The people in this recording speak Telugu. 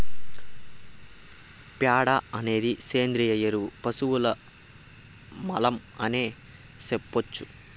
ప్యాడ అనేది సేంద్రియ ఎరువు పశువుల మలం అనే సెప్పొచ్చు